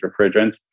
refrigerants